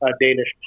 Danish